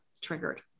triggered